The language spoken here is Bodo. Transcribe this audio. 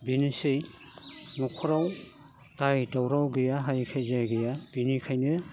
बेनोसै न'खराव जाय दावराव गैया हाय खायजिया गैया बिनिखायनो